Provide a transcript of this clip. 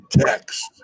text